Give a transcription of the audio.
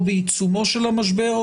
או בעיצומו של המשבר,